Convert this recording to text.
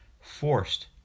forced